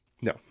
No